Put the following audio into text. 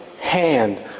hand